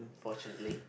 fortunately